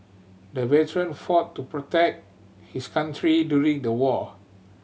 the veteran fought to protect his country during the war